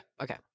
okay